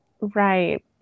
Right